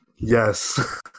Yes